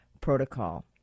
protocol